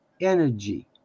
energy